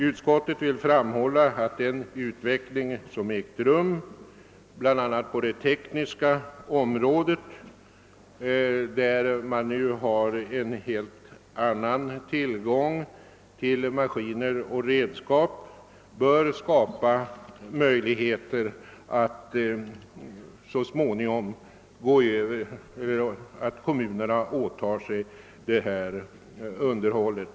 Utskottet vill framhålla, att den utveckling som ägt rum bl.a. på det tekniska området lett till att man nu har en helt annan tillgång till lämpliga maskiner och redskap, vilket i sin tur bör göra det lättare för kommunerna att överta detta underhåll.